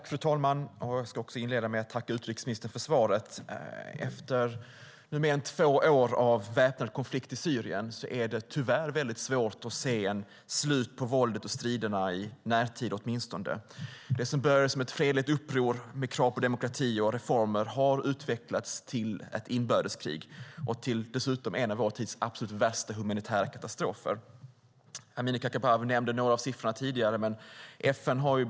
Fru talman! Jag ska inleda med att tacka utrikesministern för svaret. Efter mer än två år av väpnad konflikt i Syrien är det tyvärr svårt att se något slut på våldet och striderna, åtminstone i närtid. Det som började som ett fredligt uppror med krav på demokrati och reformer har utvecklats till ett inbördeskrig och dessutom till en av vår tids absolut värsta humanitära katastrofer. Amineh Kakabaveh nämnde några av siffrorna tidigare, och jag upprepar dem.